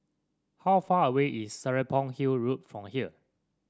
how far away is Serapong Hill Road from here